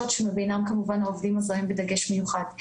שבינם כמובן העובדים הזרים בדגש מיוחד.